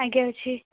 ଆଜ୍ଞା ଅଛି